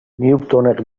newtonek